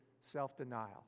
self-denial